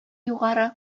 югары